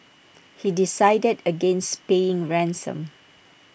he decided against paying ransom